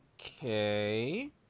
Okay